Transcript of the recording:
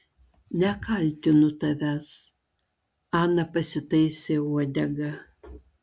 nekaltinu tavęs ana pasitaisė uodegą